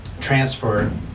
transfer